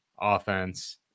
offense